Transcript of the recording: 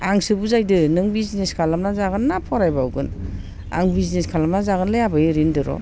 आंसो बुजायदों नों बिजिनेस खालामना जागोन ना फरायबावगोन आं बिजनेस खालामना जागोनलै आबै ओरै होनदोंर'